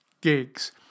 gigs